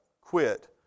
quit